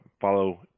follow